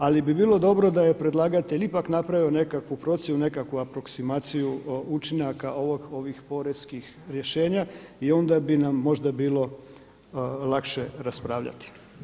Ali bi bilo dobro da je predlagatelj ipak napravio nekakvu procjenu, nekakvu aproksimaciju učinaka ovih poreznih rješenja i onda bi nam možda bilo lakše raspravljati.